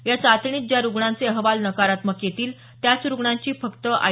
या चाचणीत ज्या रग्णांचे अहवाल नकारात्मक येतील त्याच रुग्णांची फक्त आर